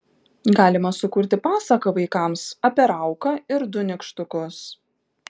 galima sukurti pasaką vaikams apie rauką ir du nykštukus